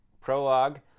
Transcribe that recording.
Prologue